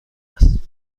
است